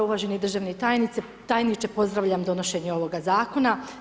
Uvaženi državni tajniče, pozdravljam donošenje ovoga zakona.